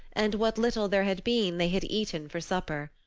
and what little there had been they had eaten for supper.